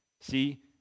See